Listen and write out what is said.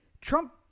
Trump